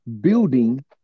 building